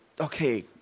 Okay